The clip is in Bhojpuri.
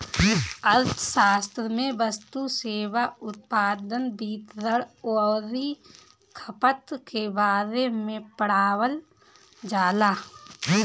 अर्थशास्त्र में वस्तु, सेवा, उत्पादन, वितरण अउरी खपत के बारे में पढ़ावल जाला